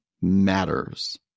matters